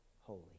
holy